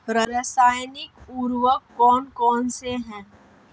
रासायनिक उर्वरक कौन कौनसे हैं?